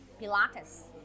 Pilates